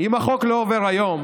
אם החוק לא עובר היום